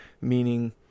meaning